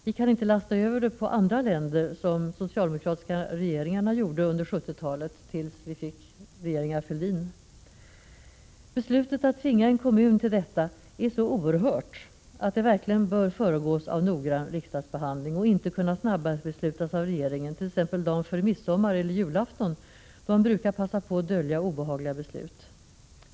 Vi kan inte lasta över det på andra länder, som de socialdemokratiska regeringarna gjorde under 1970-talet fram till dess att regeringen Fälldin tillträdde. Beslutet att tvinga en kommun till detta är så oerhört att det verkligen bör föregås av noggrann riksdagsbehandling och inte kunna snabbeslutas av regeringen t.ex. dagen före midsommar eller julafton, då man brukar passa på att dölja obehagliga beslut.